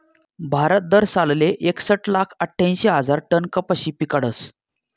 भारत दरसालले एकसट लाख आठ्यांशी हजार टन कपाशी पिकाडस